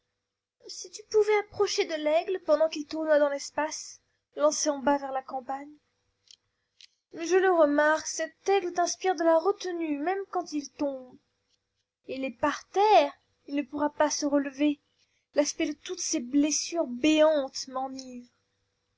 si tu pouvais approcher de l'aigle pendant qu'il tournoie dans l'espace lancé en bas vers la campagne je le remarque cet aigle t'inspire de la retenue même quand il tombe il est par terre il ne pourra pas se relever l'aspect de toutes ces blessures béantes m'enivre